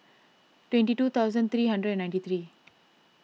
twenty two thousand three hundred and ninety three